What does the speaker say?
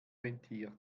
rentiert